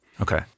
Okay